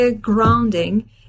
grounding